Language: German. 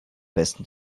besten